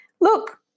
Look